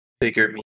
bigger